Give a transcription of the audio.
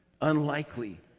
unlikely